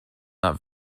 not